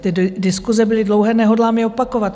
Ty diskuse byly dlouhé, nehodlám je opakovat.